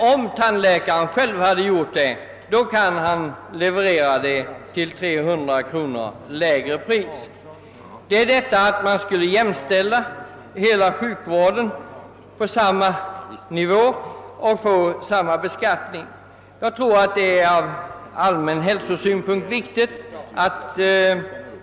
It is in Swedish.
Om tandläkaren själv har utfört arbetet med protesen, kan denna emellertid levereras till ett pris som är 300 kronor lägre.